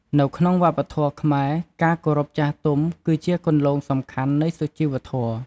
នៅក្នុងវប្បធម៌ខ្មែរ ការគោរពចាស់ទុំគឺជាគន្លងសំខាន់នៃសុជីវធម៌។